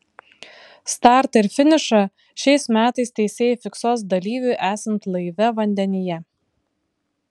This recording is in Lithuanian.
startą ir finišą šiais metais teisėjai fiksuos dalyviui esant laive vandenyje